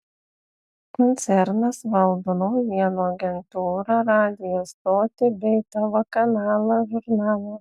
koncernas valdo naujienų agentūrą radijo stotį bei tv kanalą žurnalą